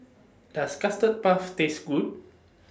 Does Custard Puff Taste Good